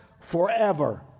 forever